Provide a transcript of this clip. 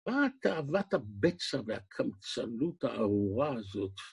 מה תאוות הבצע והקמצנות הארורה הזאת?